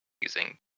using